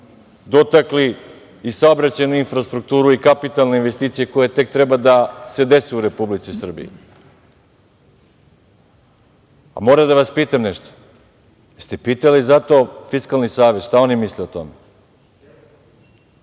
dotakli i saobraćajnu infrastrukturu i kapitalne investicije koje tek treba da se dese u Republici Srbiji. Moram da vas pitam nešto - jeste li pitali zato Fiskalni savet šta oni misle o tome?